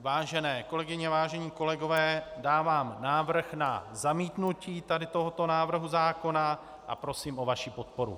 Vážené kolegyně, vážení kolegové, dávám návrh na zamítnutí tohoto návrhu zákona a prosím o vaši podporu.